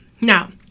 Now